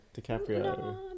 DiCaprio